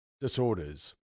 disorders